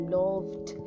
loved